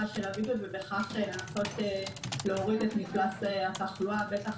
של הבידוד ובכך לנסות להוריד את מפלס התחלואה בטח